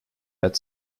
that